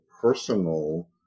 personal